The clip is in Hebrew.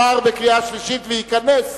נתקבל.